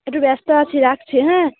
একটু ব্যস্ত আছি রাখছি হ্যাঁ